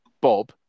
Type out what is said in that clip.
bob